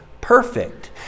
perfect